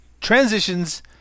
transitions